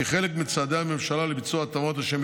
כחלק מצעדי הממשלה לביצוע התאמות לשם